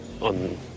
on